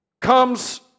comes